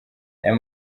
aya